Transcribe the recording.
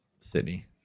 City